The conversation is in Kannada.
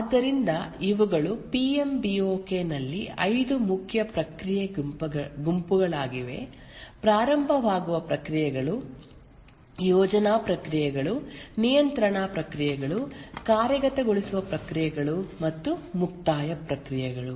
ಆದ್ದರಿಂದ ಇವುಗಳು ಪಿಎಂ ಬಿ ಓಕೆ ನಲ್ಲಿ 5 ಮುಖ್ಯ ಪ್ರಕ್ರಿಯೆ ಗುಂಪುಗಳಾಗಿವೆ ಪ್ರಾರಂಭವಾಗುವ ಪ್ರಕ್ರಿಯೆಗಳು ಯೋಜನಾ ಪ್ರಕ್ರಿಯೆಗಳು ನಿಯಂತ್ರಣ ಪ್ರಕ್ರಿಯೆಗಳು ಕಾರ್ಯಗತಗೊಳಿಸುವ ಪ್ರಕ್ರಿಯೆಗಳು ಮತ್ತು ಮುಕ್ತಾಯ ಪ್ರಕ್ರಿಯೆಗಳು